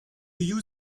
you